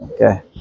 Okay